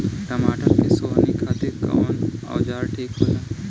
टमाटर के सोहनी खातिर कौन औजार ठीक होला?